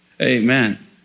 amen